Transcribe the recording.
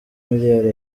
miliyali